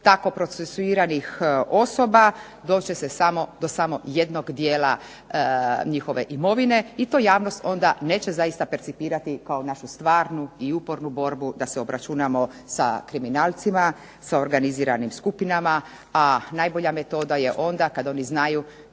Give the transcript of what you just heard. tako procesuiranih osoba, doći će se do samo jednog dijela njihove imovine i to javnost onda neće zaista percipirati kao našu stvarnu i upornu borbu da se obračunamo sa kriminalcima, sa organiziranim skupinama, a najbolja metoda je onda kad oni znaju